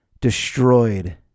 Destroyed